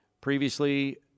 previously